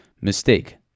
mistake